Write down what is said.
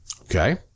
Okay